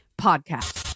Podcast